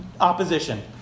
opposition